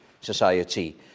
society